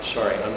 Sorry